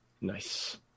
nice